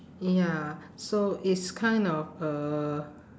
ya so it's kind of uh